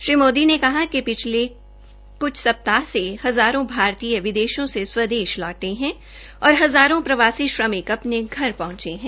श्री मोदी ने कहा कि पिछले कुछ सप्ताह से हज़ारों भारतीय विदेशों से स्वदेश लौटे है और हज़ारों प्रवासी श्रमिक अपने घर पहंचे है